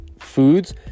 foods